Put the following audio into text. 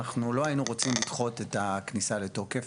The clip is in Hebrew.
אנחנו לא היינו רוצים לדחות את הכניסה לתוקף.